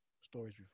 stories